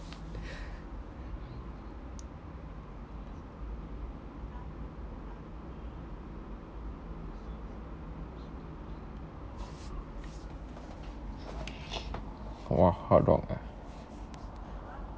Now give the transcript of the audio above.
!wah! hard rock ah